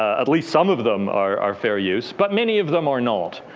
at least some of them are are fair use. but many of them are not.